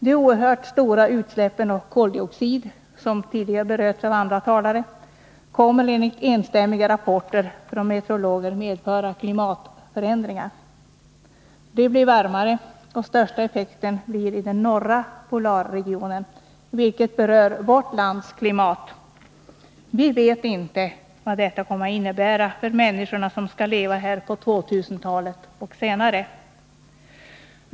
De oerhört stora utsläppen av koldioxid, som tidigare har berörts av andra talare, kommer enligt samstämmiga rapporter från meteorologer att medföra klimatförändringar. Det blir varmare, och den största effekten utsätts den norra polarregionen för, vilket berör vårt lands klimat. Vi vet inte vad detta kommer att innebära för de människor som skall leva här på 2000-talet och senare.